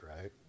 right